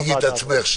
תציגי את עצמך.